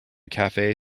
cafe